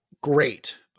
Great